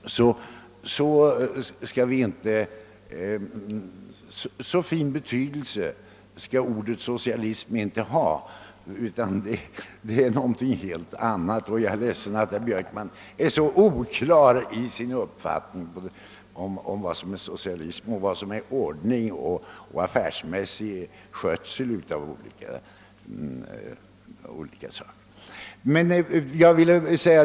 Så fin betydelse skall ordet socialism inte ha utan det är något helt annat. Jag är ledsen över att herr Björkman är så oklar i sin uppfattning om vad som är socialism och vad som är ordning och affärsmässig skötsel av olika saker.